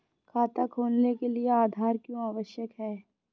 खाता खोलने के लिए आधार क्यो आवश्यक है?